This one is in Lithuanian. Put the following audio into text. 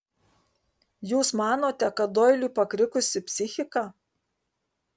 jūs manote kad doiliui pakrikusi psichika